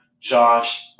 Josh